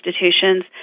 institutions